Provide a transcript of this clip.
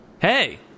Hey